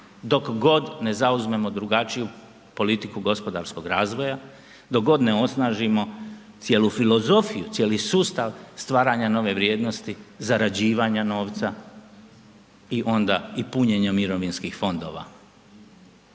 dok god ne zauzmemo drugačiju politiku gospodarskog razvoja, dok god ne osnažimo cijelu filozofiju, cijeli sustav stvaranja nove vrijednosti, zarađivanja novca i onda i punjenje mirovinskih fondova.